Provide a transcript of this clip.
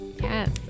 Yes